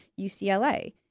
UCLA